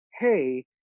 hey –